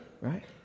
right